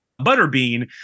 Butterbean